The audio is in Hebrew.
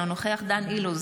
אינו נוכח דן אילוז,